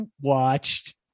watched